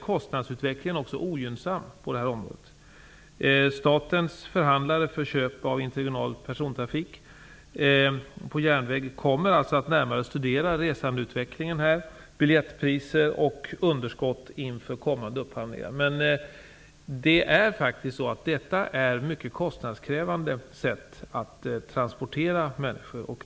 Kostnadsutvecklingen på det här området är dess värre också ogynnsam. Statens förhandlare för köp av interregional persontrafik på järnväg kommer att närmare studera resandeutvecklingen, biljettpriser och underskott inför kommande upphandlingar. Detta är ett mycket kostnadskrävande sätt att transportera människor.